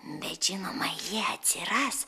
bet žinoma jie atsiras